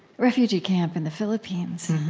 refugee camp in the philippines,